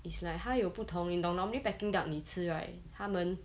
it's like 他有不同你懂 normally peking duck 你吃 right 他们